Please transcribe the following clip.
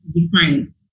defined